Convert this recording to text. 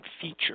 feature